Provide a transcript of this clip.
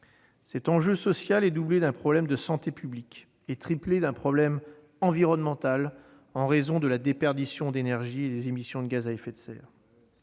Cet enjeu social est doublé d'un problème de santé publique et triplé d'un problème environnemental, en raison de la déperdition d'énergie et des émissions de gaz à effet de serre